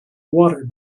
water